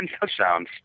touchdowns